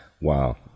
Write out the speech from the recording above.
Wow